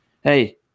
hey